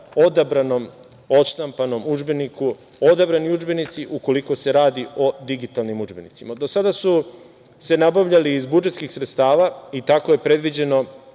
odabranom odštampanom udžbeniku. Odabrani udžbenici ukoliko se rada o digitalnim udžbenicima. Do sada su se nabavljali iz budžetskih sredstava i tako je predviđeno,